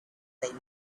they